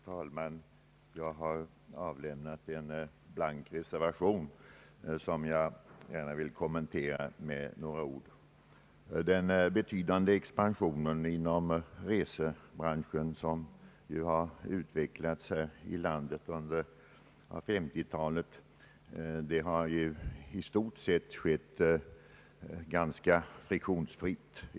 Herr talman! Jag har avlämnat en blank reservation, som jag vill kommentera med några ord. Den betydande expansion inom resebyråbranschen, som har förekommit här i landet under 1950-talet, har i stort sett skett tämligen friktionsfritt.